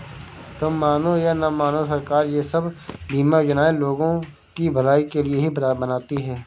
तुम मानो या न मानो, सरकार ये सब बीमा योजनाएं लोगों की भलाई के लिए ही बनाती है